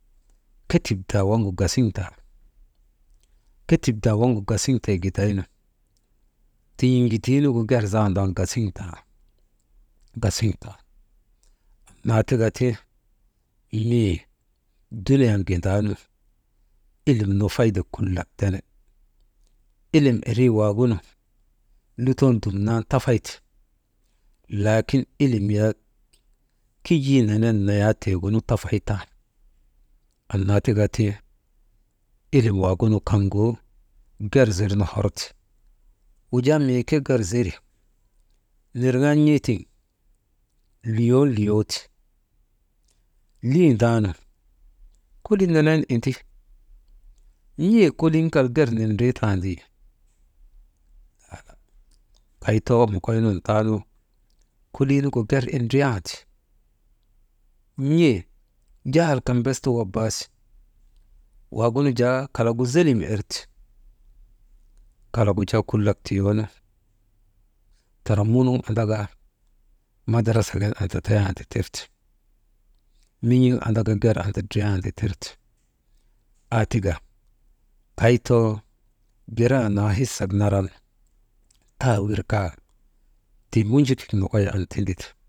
Ketip daa waŋgu gasiŋ tan ketip daa wavgu gasiŋtee gidaynu, tin̰iŋgutuu nuŋgu gerzandan gasiŋtan, gasiŋtan, naatika ti mii duniyan gindaanu, ilim nu faydak kulak tene, ilim irii waagunu luton dumnan tafayte, laakin ilim yak kijii nenen nayatigunu tafay tan, annaa tika ti ilim wagunu kaŋgu gerzirnu horti, wujaa mii ke gerziri nirŋan n̰ee tiŋ, liyon liyoo ti lindaanu, koliinene indi n̰ee kolin kal ger nindriitandii, kay mokoy nun taanu, koliinugu ger indriyandi, n̰ee jahal kan bes ti wawaasi waagunu jaa kalagu zelem irti kalagu jaa kulak tiyoo nu, tara nunuŋ andaka madarasagin andadayandi tirte, min̰iŋ andaka ger andidriyandi tirte, aa tika kay too geraa naa hisek naran taa wirkaa tii munjikik nokoy an tindite.